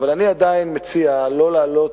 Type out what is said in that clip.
אבל אני עדיין מציע לא להעלות,